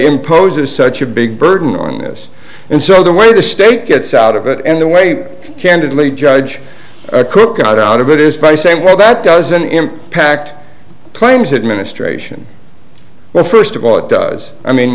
imposes such a big burden on this and so the way the state gets out of it and the way candidly judge a cookout out of it is by saying well that doesn't impact players administration well first of all it does i mean